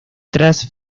tras